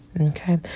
Okay